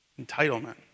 Entitlement